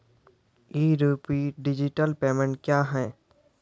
ई rupee digital payment क्या हैं?